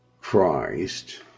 Christ